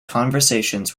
conversations